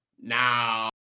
now